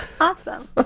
Awesome